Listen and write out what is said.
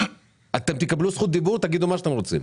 אתם תקבלו את זכות הדיבור ותגידו מה שאתם רוצים.